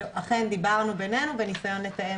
שאכן דיברנו בינינו בניסיון לתאם.